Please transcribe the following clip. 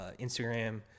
Instagram